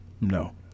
No